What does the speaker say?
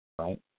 right